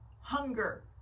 hunger